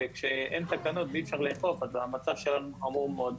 וכשאין תקנות ואי-אפשר לאכוף אז המצב שלנו חמור מאוד.